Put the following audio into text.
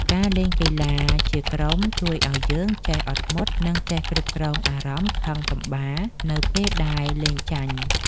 ការលេងកីឡាជាក្រុមជួយឱ្យយើងចេះអត់ធ្មត់ និងចេះគ្រប់គ្រងអារម្មណ៍ខឹងសម្បារនៅពេលដែលលេងចាញ់។